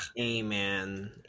Amen